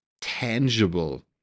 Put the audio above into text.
tangible